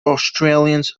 australians